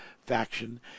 faction